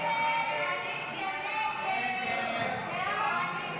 הסתייגות 81 לא